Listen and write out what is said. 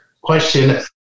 question